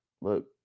look